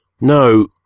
No